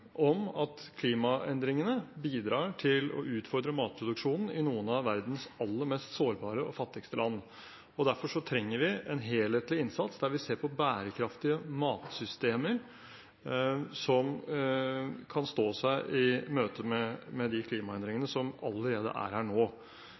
om at klimaendringene bidrar til å utfordre matproduksjonen i noen av verdens aller mest sårbare og fattigste land. Derfor trenger vi en helhetlig innsats, der vi ser på bærekraftige matsystemer som kan stå seg i møte med de klimaendringene